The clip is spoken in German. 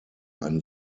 ein